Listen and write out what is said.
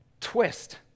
twist